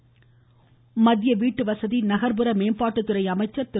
பூரி மத்திய வீட்டு வசதி நகர்ப்புற மேம்பாட்டுத்துறை அமைச்சர் திரு